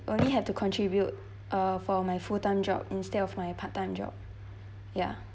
only have to contribute uh for my full-time job instead of my part-time job ya